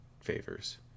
favors